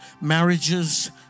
marriages